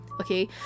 Okay